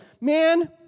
man